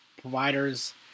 providers